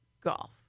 Golf